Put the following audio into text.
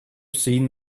seen